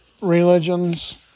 religions